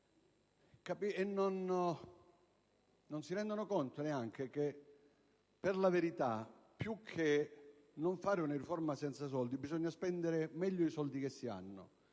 e non si rendono neanche conto che, per la verità, più che non fare una riforma senza soldi, bisogna spendere meglio i soldi che si hanno.